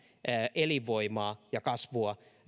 elinvoimaa ja kasvua